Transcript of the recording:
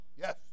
yes